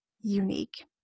unique